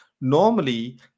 Normally